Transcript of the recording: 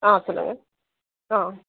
ஆ சொல்லுங்க ஆ